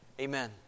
amen